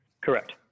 correct